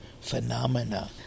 phenomena